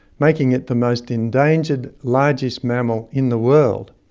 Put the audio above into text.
making it the most endangered largish mammal in the world.